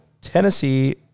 Tennessee